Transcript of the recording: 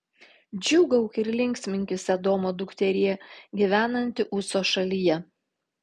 džiūgauk ir linksminkis edomo dukterie gyvenanti uco šalyje